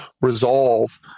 resolve